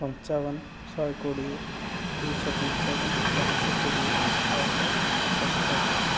ପଞ୍ଚାବନ ଶହେ କୋଡ଼ିଏ ଦୁଇ ଶହ ପଞ୍ଚାବନ ଚାରି ଶହ କୋଡ଼ିଏ ଛଅ ଶହ ସତସ୍ତରୀ